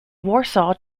warsaw